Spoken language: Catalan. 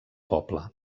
poble